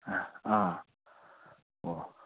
ꯑꯦ ꯑꯥ ꯑꯣ